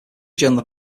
joined